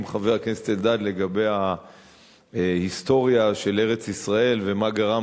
חבר הכנסת אלדד לגבי ההיסטוריה של ארץ-ישראל ומה גרם